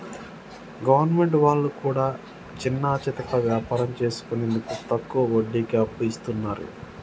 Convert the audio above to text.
government వాళ్లు కూడా చిన్నాచితక వ్యాపారం చేసుకునేందుకు తక్కువ వడ్డీకి అప్పు ఇస్తున్నరు